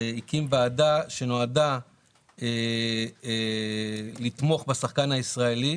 הקים ועדה שנועדה לתמוך בשחקן הישראלי